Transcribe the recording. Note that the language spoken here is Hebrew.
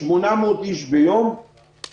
800 איש ביום,